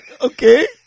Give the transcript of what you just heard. Okay